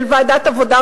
של ועדת העבודה,